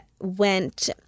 went